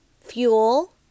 fuel